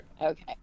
okay